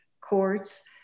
courts